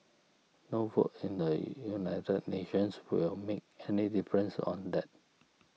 no vote in the United Nations will make any difference on that